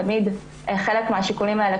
תמיד חלק מהשיקולים האלה,